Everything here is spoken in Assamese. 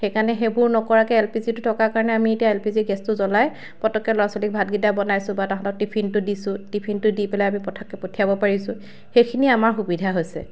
সেইকাৰণে সেইবোৰ নকৰাকৈ এল পি জি টো থকাৰ কাৰণে এতিয়া আমি এল পি জি গেছটো জ্বলাই পটককৈ ল'ৰা ছোৱালীক ভাতকেইটা বনাইছোঁ বা তাহাঁতক টিফিনটো দিছোঁ টিফিনটো দি পেলাই আমি পঠিয়াব পাৰিছোঁ সেইখিনিয়ে আমাৰ সুবিধা হৈছে